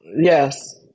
Yes